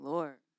Lord